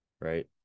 right